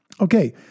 Okay